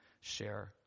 share